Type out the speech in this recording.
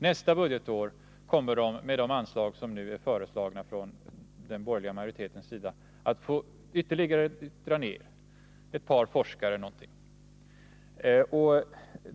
Nästa budgetår kommer SIPRI, med de anslag som nu är föreslagna från den borgerliga majoritetens sida, att få dra ner ytterligare, kanske med ett par forskartjänster.